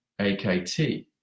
AKT